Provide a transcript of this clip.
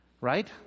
right